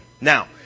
Now